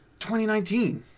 2019